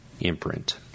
imprint